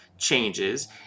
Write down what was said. changes